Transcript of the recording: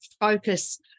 focus